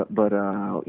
but you